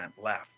left